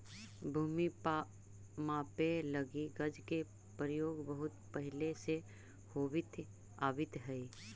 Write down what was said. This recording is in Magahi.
भूमि मापे लगी गज के प्रयोग बहुत पहिले से होवित आवित हइ